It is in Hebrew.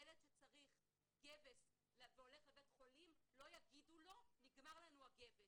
ילד שצריך גבס והולך לבית חולים לא יגידו לו: נגמר לנו הגבס.